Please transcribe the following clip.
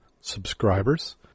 subscribers